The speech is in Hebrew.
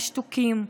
השתוקים,